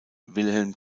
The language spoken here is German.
wilhelm